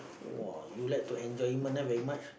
!wah! you like to enjoyment ah very much